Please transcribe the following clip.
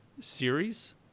series